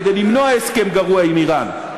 כדי למנוע הסכם גרוע עם איראן,